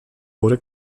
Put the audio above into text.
wurde